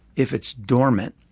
if it's dormant,